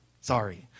sorry